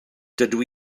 dydw